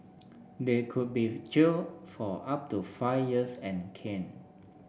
they could be jailed for up to five years and caned